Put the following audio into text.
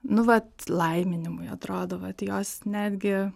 nu vat laiminimui atrodo vat jos netgi